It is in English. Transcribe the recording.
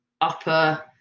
upper